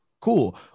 cool